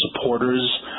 supporters